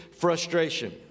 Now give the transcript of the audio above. frustration